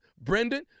Brendan